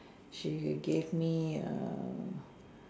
she gave me A